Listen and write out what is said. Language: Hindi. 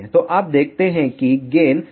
तो आप देखते हैं कि गेन 695 dB है